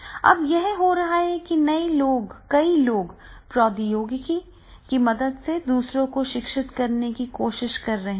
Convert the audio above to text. अब यह हो रहा है कि कई लोग प्रौद्योगिकी की मदद से दूसरों को शिक्षित करने की कोशिश कर रहे हैं